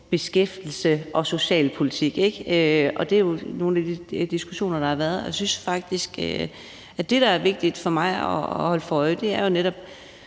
beskæftigelses- og socialpolitik. Det er jo nogle af de diskussioner, der har været, og jeg synes faktisk, at det, der er vigtigt at holde sig for øje og huske på, jo netop